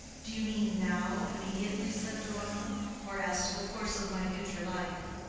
do you mean now, immediately, said deronda or as to the course of my future life?